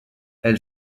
elle